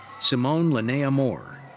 simone lynea moore.